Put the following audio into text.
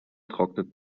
trocknet